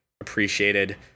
appreciated